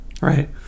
Right